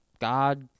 God